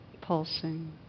pulsing